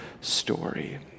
story